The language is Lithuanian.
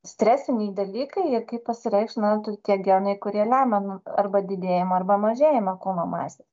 stresiniai dalykai ir kaip pasireikš na tų tie genai kurie lemia nu arba didėjimą arba mažėjimą kūno masės